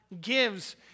gives